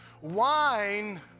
wine